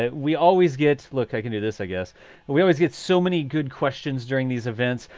and we always get. look, i can do this. i guess we always get so many good questions during these events.